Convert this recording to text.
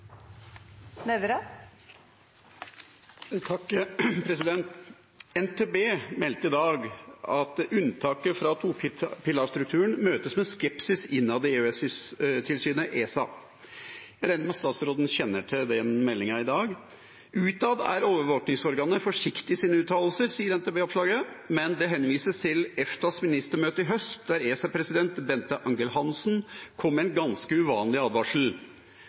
NTB meldte i dag at unntaket fra topilarstrukturen møtes med skepsis innad i EØS-tilsynet ESA. Jeg regner med at statsråden kjenner til den meldingen i dag. Utad er overvåkingsorganet forsiktig i sine uttalelser, sier NTB i oppslaget, men det henvises til EFTAs ministermøte i høst der ESA-president Bente Angell-Hansen kom med en ganske uvanlig advarsel: